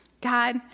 God